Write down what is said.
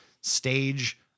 stage